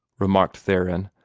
remarked theron,